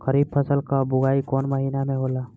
खरीफ फसल क बुवाई कौन महीना में होला?